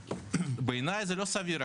בעיניי זה לא סביר.